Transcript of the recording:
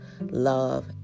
love